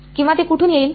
किंवा ते कुठून येईल